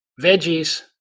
veggies